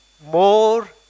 more